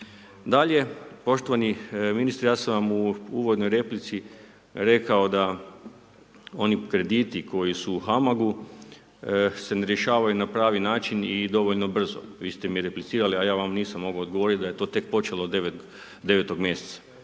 Dalje, poštovani ministre, ja sam vam u uvodnoj replici rekao da oni krediti koji su u HAMAG-u, se ne rješavaju na pravi način i dovoljno brzo, vi ste mi replicirali, a ja vam nisam mogao odgovoriti da je to tek počelo 9-og mjeseca.